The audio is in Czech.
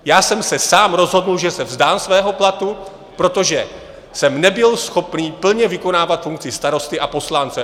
Já jsem se sám rozhodl, že se vzdám svého platu, protože jsem nebyl schopný plně vykonávat funkci starosty a poslance.